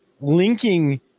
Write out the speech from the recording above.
linking